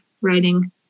writing